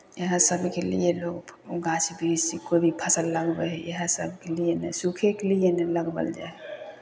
इएहसभ के लिए लोक गाछ वृक्ष कोइ भी फसल लगबै हइ इएह सभके लिए ने सुखेके लिए ने लगबल जाइ हइ